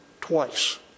twice